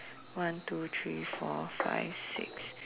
one two three four five six